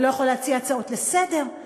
ולא יכול להציע הצעות לסדר-היום,